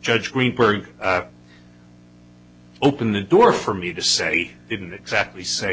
judge greenberg opened the door for me to say didn't exactly say